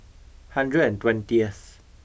hundred and twentieth